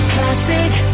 Classic